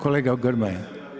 Kolega Grmoja.